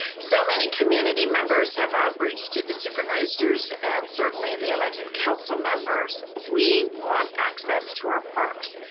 so many community members have outreached to the supervisors and certainly the elected council members, we want access to our parks.